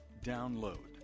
DOWNLOAD